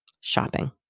shopping